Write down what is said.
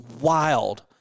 wild